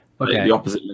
Okay